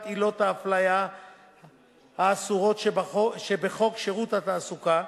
עילות האפליה האסורות שבחוק שירות התעסוקה,